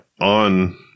on